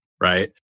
right